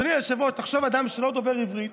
אדוני היושב-ראש, תחשוב על אדם שלא דובר עברית,